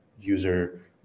user